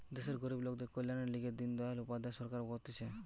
দেশের গরিব লোকদের কল্যাণের লিগে দিন দয়াল উপাধ্যায় সরকার করতিছে